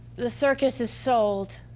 the circus is sold.